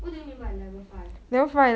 what do you mean by level five